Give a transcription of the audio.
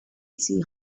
see